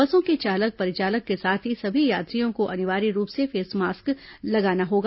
बसों के चालक परिचालक के साथ ही सभी यात्रियों को अनिवार्य रूप से फेसमास्क लगाना होगा